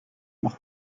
noch